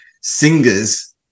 singers